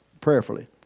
prayerfully